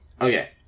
okay